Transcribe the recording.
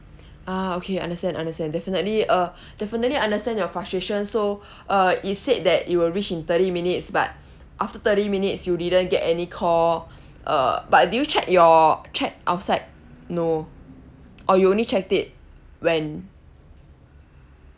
ah okay understand understand definitely uh definitely understand your frustration so uh it said that it will reach in thirty minutes but after thirty minutes you didn't get any call uh but did you check your check outside no or you only checked it when